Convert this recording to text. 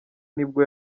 nibwo